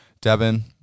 Devin